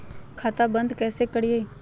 खाता बंद कैसे करिए?